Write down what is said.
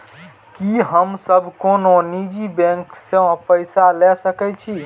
की हम सब कोनो निजी बैंक से पैसा ले सके छी?